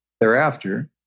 thereafter